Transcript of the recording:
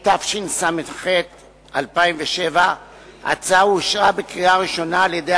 התשס"ח 2007. ההצעה אושרה בקריאה ראשונה על-ידי